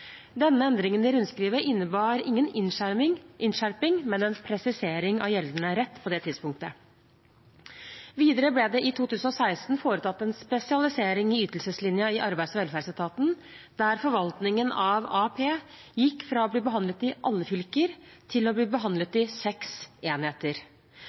Denne endringen i rundskrivet innebar ingen innskjerping, men en presisering av gjeldende rett på det tidspunktet. Videre ble det i 2016 foretatt en spesialisering i ytelseslinjen i Arbeids- og velferdsetaten, der forvaltningen av AAP gikk fra å bli behandlet i alle fylker til å bli behandlet i seks enheter.